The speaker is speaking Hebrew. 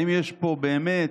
האם יש פה באמת